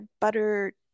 butter